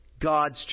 God's